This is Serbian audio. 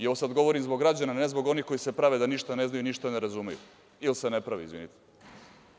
Ovo sada govorim zbog građana, ne zbog onih koji se prave da ništa ne znaju, da ništa ne razumeju, ili se ne prave, izvinite.